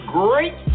great